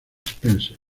spencer